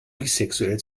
bisexuell